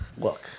look